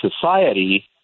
society